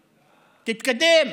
תתקדם,